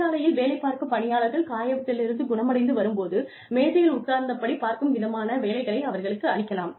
தொழிற்சாலையில் வேலை பார்க்கும் பணியாளர்கள் காயத்திலிருந்து குணமடைந்து வரும் போது மேஜையில் உட்கார்ந்தபடி பார்க்கும் விதமான வேலைகளை அவர்களுக்கு அளிக்கலாம்